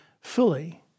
fully